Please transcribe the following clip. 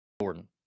Jordan